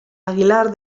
aguilar